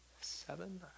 Seven